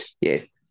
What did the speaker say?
Yes